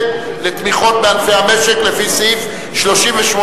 ל-2011 ול-2012 לתמיכות בענפי המשק, לפי סעיף 38,